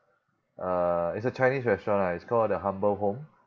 uh it's a chinese restaurant lah it's called the humble home